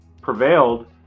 prevailed